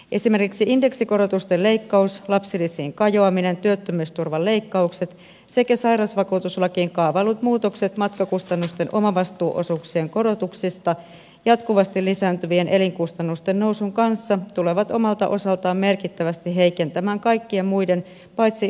esimerkiksi indeksikorotusten leikkaus lapsilisiin kajoaminen työttömyysturvan leikkaukset sekä sairausvakuutuslakiin kaavaillut muutokset matkakustannusten omavastuuosuuksien korotuksista jatkuvasti lisääntyvien elinkustannusten nousun kanssa tulevat omalta osaltaan merkittävästi heikentämään kaikkien muiden paitsi hyvätuloisten asemaa